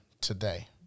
today